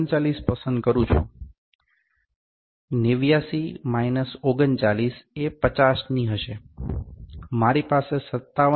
39 પસંદ કરું છું 89 માઇનસ 39 એ 50ની હશે મારી પાસે 57